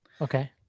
Okay